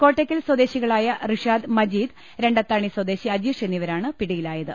കോട്ടയ്ക്കൽ സ്വദേശികളായ റിഷാ ദ് മജീദ് രണ്ടത്താണി സ്വദേശി അജീഷ് എന്നിവരാണ് പിടിയി ലായത്